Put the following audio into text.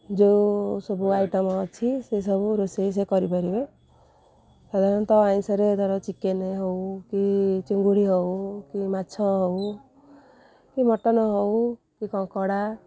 ଯେଉଁ ସବୁ ଆଇଟମ୍ ଅଛି ସେସବୁ ରୋଷେଇ ସେ କରିପାରିବେ ସାଧାରଣତଃ ଆଇଁଷରେ ଧର ଚିକେନ୍ ହେଉ କି ଚିଙ୍ଗୁଡ଼ି ହେଉ କି ମାଛ ହେଉ କି ମଟନ୍ ହେଉ କି କଙ୍କଡ଼ା